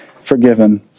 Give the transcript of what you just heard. forgiven